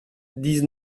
dix